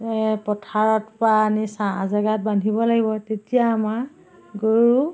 পথাৰত পৰা আনি ছাঁ জেগাত বান্ধিব লাগিব তেতিয়া আমাৰ গৰু